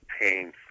pain